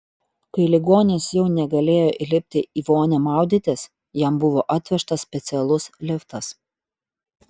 kai ligonis jau negalėjo įlipti į vonią maudytis jam buvo atvežtas specialus liftas